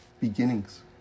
beginnings